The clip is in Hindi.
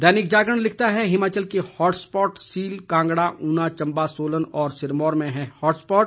दैनिक जागरण लिखता है हिमाचल के hot spot seal Kangra Una Chamba Solan और सिरमौर में हैं हॉट स्पॉट